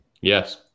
Yes